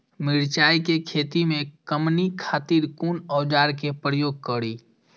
मिरचाई के खेती में कमनी खातिर कुन औजार के प्रयोग करी?